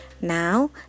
Now